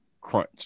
crunch